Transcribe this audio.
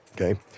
okay